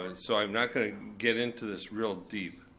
and so i'm not gonna get into this real deep.